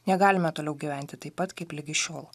negalime toliau gyventi taip pat kaip ligi šiol